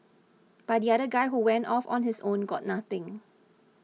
but the other guy who went off on his own got nothing